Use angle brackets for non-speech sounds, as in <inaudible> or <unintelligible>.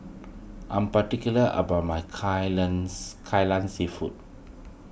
I'm particular about my Kai <unintelligible> Kai Lan Seafood